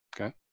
Okay